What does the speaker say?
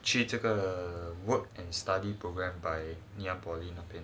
去这个 work and study program by ngee ann poly